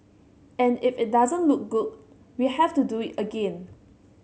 and if it doesn't look good we have to do again